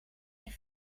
die